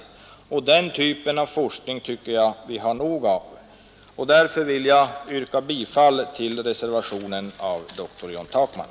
Den typen av forskning har vi nog av. Jag yrkar därför bifall till reservationen av dr John Takman.